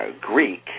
Greek